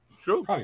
True